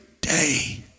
day